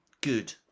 Good